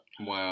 Wow